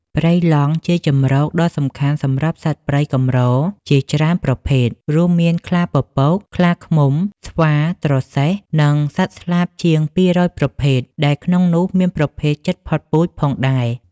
ព្រៃឡង់ជាជម្រកដ៏សំខាន់សម្រាប់សត្វព្រៃកម្រជាច្រើនប្រភេទ រួមមានខ្លាពពក ខ្លាឃ្មុំ ស្វាត្រសេះ និងសត្វស្លាបជាង ២០០ ប្រភេទ ដែលក្នុងនោះមានប្រភេទជិតផុតពូជផងដែរ។